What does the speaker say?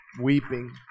weeping